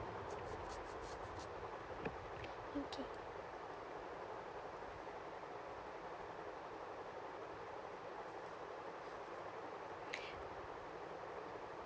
okay